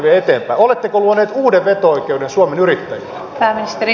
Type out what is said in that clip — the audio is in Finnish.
oletteko luoneet uuden veto oikeuden suomen yrittäjille